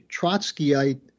Trotskyite